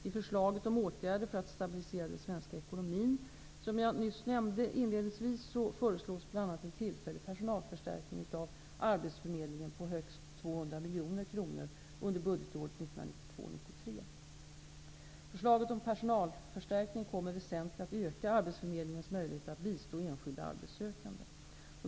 I förslaget om åtgärder för att stabilisera den svenska ekonomin (prop. 1992 93. Förslaget om personalförstärkning kommer att väsentligt öka arbetsförmedlingens möjligheter att bistå enskilda arbetssökande.